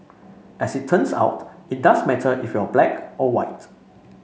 as it turns out it does matter if you're black or white